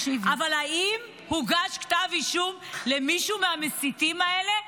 אבל האם הוגש כתב אישום על מישהו מהמסיתים האלה?